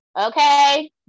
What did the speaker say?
Okay